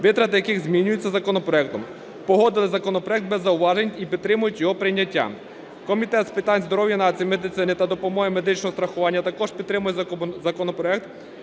витрати яких змінюються законопроектом. Погодили законопроект без зауважень і підтримують його прийняття. Комітет з питань здоров'я нації, медицини та допомоги медичного страхування також підтримує законопроект